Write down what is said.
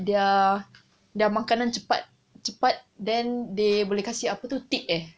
their their makanan cepat-cepat then they will boleh kasih you tip eh